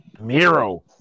Miro